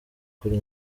kuri